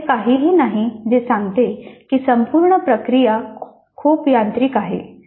असे काहीही नाही जे सांगते की संपूर्ण प्रक्रिया खूप यांत्रिक आहे